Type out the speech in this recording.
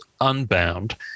Unbound